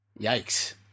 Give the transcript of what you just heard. yikes